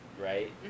Right